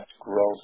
growth